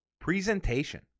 presentation